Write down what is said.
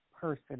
person